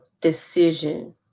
decision